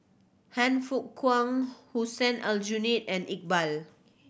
Han Fook Kwang Hussein Aljunied and Iqbal